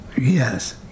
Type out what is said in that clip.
Yes